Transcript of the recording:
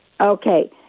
Okay